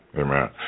Amen